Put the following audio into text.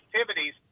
activities